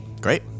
Great